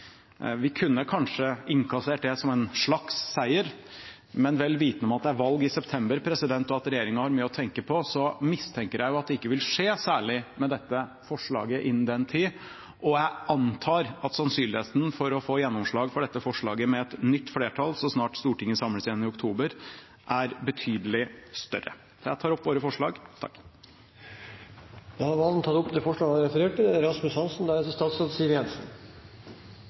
vi kunne kanskje innkassert det som en slags seier. Men vel vitende om at det er valg i september, og at regjeringen har mye å tenke på, mistenker jeg at det ikke vil skje noe særlig med dette forslaget innen den tid. Jeg antar at sannsynligheten for å få gjennomslag for dette forslaget med et nytt flertall så snart Stortinget samles igjen i oktober, er betydelig større. Jeg tar opp våre forslag. Representanten Snorre Serigstad Valen har tatt opp de forslagene han refererte til.